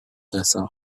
besser